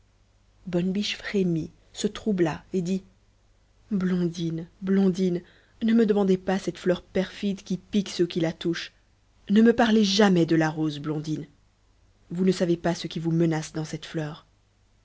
bonne biche frémit se troubla et dit blondine blondine ne me demandez pas cette fleur perfide qui pique ceux qui la touchent ne me parlez jamais de la rose blondine vous ne savez pas ce qui vous menace dans cette fleur